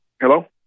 Hello